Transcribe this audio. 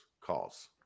calls